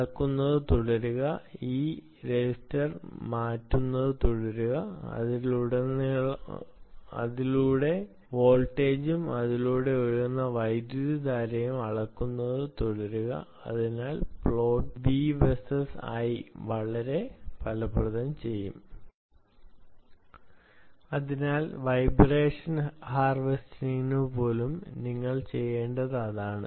അളക്കുന്നത് തുടരുക ഈ രജിസ്റ്റർ മാറ്റുന്നത് തുടരുക ഇതിലൂടെയുള്ള വോൾട്ടേജും ഇതിലൂടെ ഒഴുകുന്ന വൈദ്യുതധാരയും അളക്കുന്നത് തുടരുക അതിനാൽ പ്ലോട്ട് V വേഴ്സസ് I വളരെ ഫലപ്രദമായി വരയ്ക്കാം അതിനാൽ വൈബ്രേഷൻ ഹാർവെസ്റ്റിനു പോലും നിങ്ങൾ ചെയ്യേണ്ടത് അതാണ്